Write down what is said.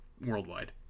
worldwide